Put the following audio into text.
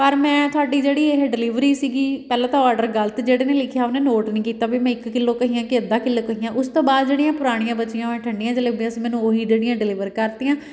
ਪਰ ਮੈਂ ਤੁਹਾਡੀ ਜਿਹੜੀ ਇਹ ਡਿਲੀਵਰੀ ਸੀਗੀ ਪਹਿਲਾਂ ਤਾਂ ਔਡਰ ਗਲਤ ਜਿਹੜੇ ਨੇ ਲਿਖਿਆ ਉਹਨੇ ਨੋਟ ਨਹੀਂ ਕੀਤਾ ਵੀ ਮੈਂ ਇੱਕ ਕਿੱਲੋ ਕਹੀਆਂ ਕਿ ਅੱਧਾ ਕਿੱਲੋ ਕਹੀਆਂ ਉਸ ਤੋਂ ਬਾਅਦ ਜਿਹੜੀਆਂ ਪੁਰਾਣੀਆਂ ਬਚੀਆਂ ਹੋਈਆਂ ਠੰਡੀਆਂ ਜਲੇਬੀਆਂ ਸੀ ਮੈਨੂੰ ਉਹੀ ਜਿਹੜੀਆਂ ਡਿਲੀਵਰ ਕਰਤੀਆਂ